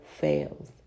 fails